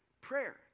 prayer